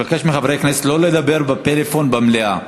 אני מבקש מחברי הכנסת לא לדבר בפלאפון במליאה.